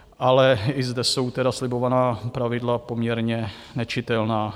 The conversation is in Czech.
Ale i zde jsou tedy slibovaná pravidla poměrně nečitelná.